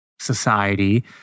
society